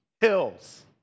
hills